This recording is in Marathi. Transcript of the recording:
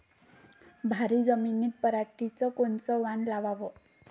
भारी जमिनीत पराटीचं कोनचं वान लावाव?